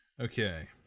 Okay